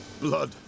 Blood